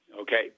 Okay